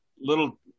little